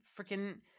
freaking